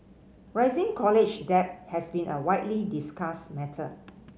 rising college debt has been a widely discussed matter